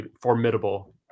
formidable